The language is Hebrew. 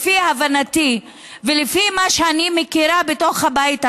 לפי הבנתי ולפי מה שאני מכירה בתוך הבית הזה,